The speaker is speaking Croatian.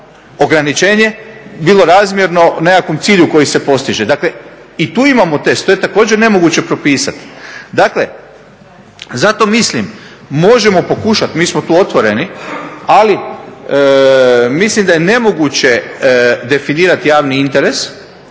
ograničenje bilo razmjerno nekakvom cilju koji se postiže. Dakle i tu imamo test, to je također nemoguće propisati. Dakle, zato mislim možemo pokušati, mi smo tu otvoreni, ali mislim da je nemoguće definirati javni interes,